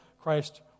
Christ